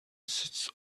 sits